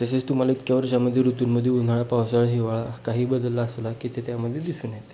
तसेच तुम्हाला इतक्या वर्षामध्ये ऋतूंमध्ये उन्हाळा पावसाळा हिवाळा काही बदल असला की ते त्यामध्ये दिसून येते